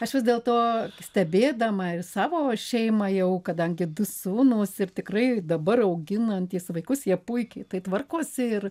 aš vis dėl to stebėdama ir savo šeimą jau kadangi du sūnūs ir tikrai dabar auginantys vaikus jie puikiai tai tvarkosi ir